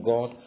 God